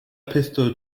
pistol